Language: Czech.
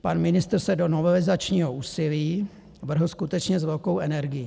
Pan ministr se do novelizačního úsilí vrhl skutečně s velkou energií.